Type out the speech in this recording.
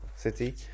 city